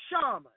shaman